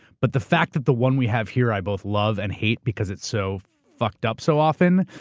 but the fact that the one we have here i both love and hate because it's so fucked up so often,